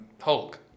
Hulk